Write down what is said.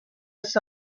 was